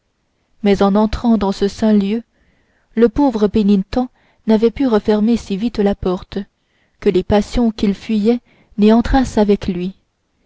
mais en entrant dans ce saint lieu le pauvre pénitent n'avait pu refermer si vite la porte que les passions qu'il fuyait n'y entrassent avec lui